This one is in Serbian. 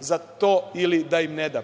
za to ili da im ne da.